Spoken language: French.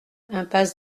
impasse